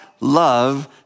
love